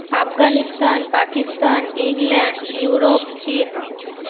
Afghanistan Pakistan England Europe চীন